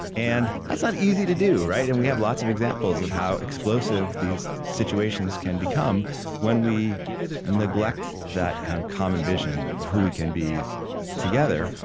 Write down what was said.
and that's not easy to do, right? and we have lots of examples examples of how explosive these situations can become when we neglect that kind of common vision of who we can be together.